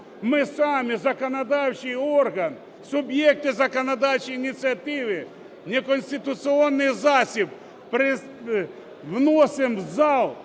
Ми самі, законодавчий орган, суб'єкти законодавчої ініціативи в неконституційний засіб вносимо в зал,